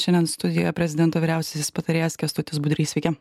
šiandien studijoje prezidento vyriausiasis patarėjas kęstutis budrys sveiki